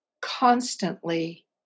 constantly